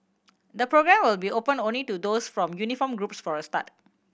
the programme will be open only to those from uniformed groups for a start